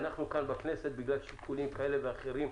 ואנחנו כאן בכנסת, בגלל שיקולים כאלה ואחרים,